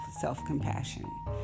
self-compassion